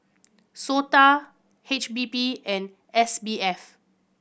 SOTA H P B and S B F